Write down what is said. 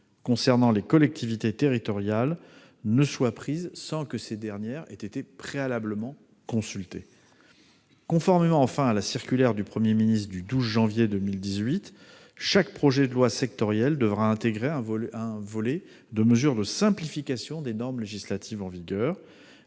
concernant les collectivités territoriales ne soit prise sans que ces dernières aient été préalablement consultées. Enfin, conformément à la circulaire du Premier ministre du 12 janvier 2018, chaque projet de loi sectoriel devra intégrer un volet de mesures de simplification des normes législatives en vigueur.